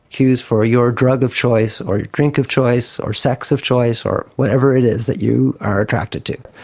cues for your drug of choice or your drink of choice or sex of choice or whatever it is that you are attracted to.